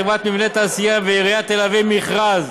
חברת "מבני תעשייה" ועיריית תל-אביב מכרז